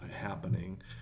happening